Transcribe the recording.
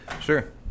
Sure